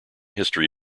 history